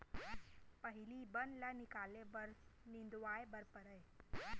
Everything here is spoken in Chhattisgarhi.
पहिली बन ल निकाले बर निंदवाए बर परय